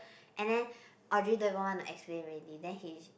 and then Audrey don't even want to explain already then he